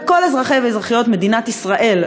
וכל אזרחי ואזרחיות מדינת ישראל,